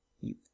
You